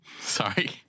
Sorry